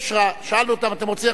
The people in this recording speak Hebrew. שאלנו אותם: אתם רוצים ללכת לוועדה?